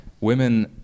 women